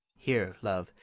here, love,